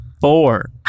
Four